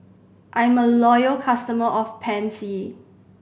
I'm a loyal customer of Pansy